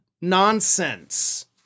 nonsense